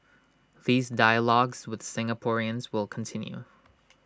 these dialogues with Singaporeans will continue